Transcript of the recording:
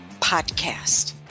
podcast